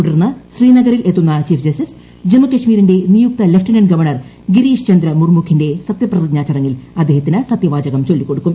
തുടർന്ന് ശ്രീനഗറിൽ എത്തുന്ന ചീഫ് ജസ്റ്റിസ് ജമ്മുകശ്മീരിന്റെ നിയുക്ത ലഫ്റ്റനന്റ ഗവർണർ ഗിരീഷ് ചന്ദ്ര മുർമുഖിന്റെ സത്യപ്രതിജ്ഞാ ചടങ്ങിൽ അദ്ദേഹത്തിന് സത്യവാചകം ചൊല്ലിക്കും